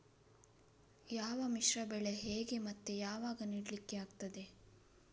ಯಾವ ಮಿಶ್ರ ಬೆಳೆ ಹೇಗೆ ಮತ್ತೆ ಯಾವಾಗ ನೆಡ್ಲಿಕ್ಕೆ ಆಗ್ತದೆ?